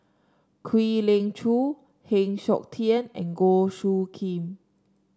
Kwek Leng Joo Heng Siok Tian and Goh Soo Khim